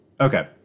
Okay